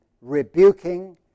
rebuking